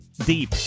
deep